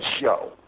show